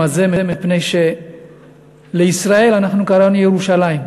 הזה מפני שלישראל אנחנו קראנו ירושלים,